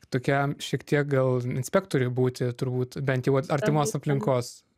tokia šiek tiek gal inspektore būti turbūt bent jau artimos aplinkos